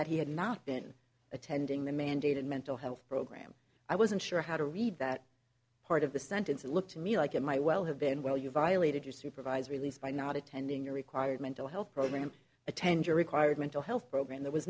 that he had not been attending the mandated mental health program i wasn't sure how to read that part of the sentence it looked to me like it might well have been well you violated your supervisory least by not attending your required mental health program attend your required mental health program there was